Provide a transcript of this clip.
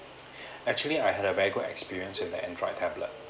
actually I had a very good experience with the android tablet